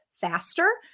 faster